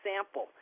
example